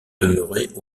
demeurer